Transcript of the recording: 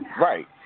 Right